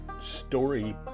Story